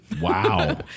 Wow